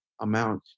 amount